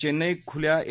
चेन्नई खुल्या ए